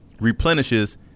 replenishes